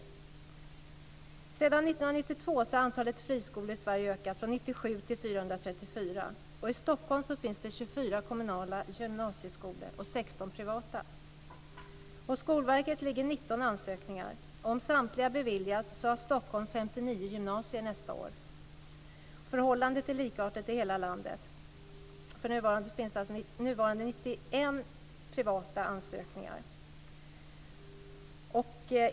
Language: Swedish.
Sedan 1992 har antalet friskolor i Sverige ökat från 97 till 434. I Stockholm finns det 24 kommunala gymnasieskolor och 16 privata. Hos Skolverket ligger 59 gymnasier nästa år. Förhållandet är likartat i hela landet, där det för närvarande alltså finns 91 privata ansökningar.